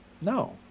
no